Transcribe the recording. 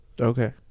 okay